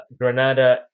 granada